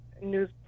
news